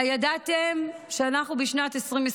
הידעתם שאנחנו בשנת 2024,